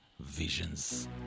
Visions